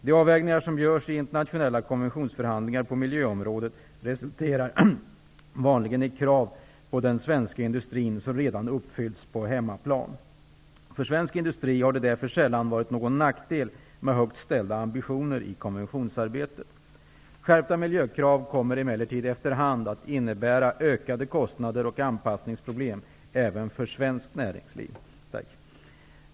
De avvägningar som görs i internationella konventionsförhandlingar på miljöområdet resulterar vanligen i krav på den svenska industrin som redan uppfylls på hemmaplan. För svensk industri har det därför sällan varit någon nackdel med högt ställda ambitioner i konventionsarbetet. Skärpta miljökrav kommer emellertid efterhand att innebära ökade kostnader och anpassningsproblem även för svenskt näringsliv.